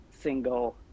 single